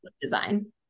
Design